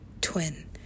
twin